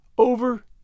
over